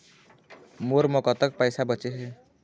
मोर म कतक पैसा बचे हे?